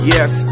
Yes